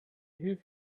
hilfe